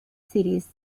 cities